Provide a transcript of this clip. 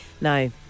No